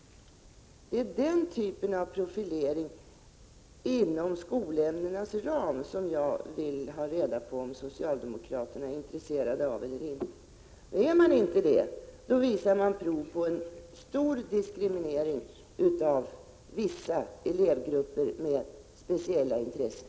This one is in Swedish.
Det är den typen av profilering inom skolämnenas ram som jag vill veta om socialdemokraterna här är intresserade av eller inte. Är man inte det, visar man prov på stor diskriminering av vissa elevgrupper med speciella intressen.